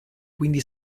quindi